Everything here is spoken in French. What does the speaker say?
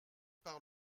par